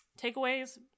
Takeaways